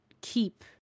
keep